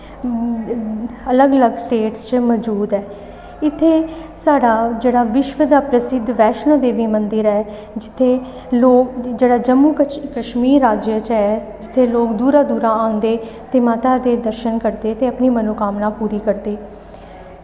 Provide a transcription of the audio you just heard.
अलग अलग स्टेट च मजूद ऐ इत्थै साढ़ा जेह्ड़ा विश्व दा प्रसिद्ध जेह्ड़ा मंदिर ऐ ते जित्थै लोक जेह्ड़ा जम्मू कश्मीर राज्य च ऐ जित्थै लोग दूरा दूरा आंदे ते माता दे दर्शन करदे ते अपनी मनोकामना पूरी करदे